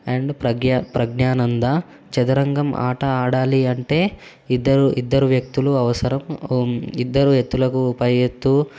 and Pragya Praggnanandhaa చదరంగం ఆట ఆడాలి అంటే ఇద్దరు ఇద్దరు వ్యక్తులు అవసరం ఇద్దరు ఎత్తులకు పై ఎత్తు